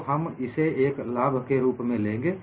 तो हम इसे एक लाभ के रूप में लेंगे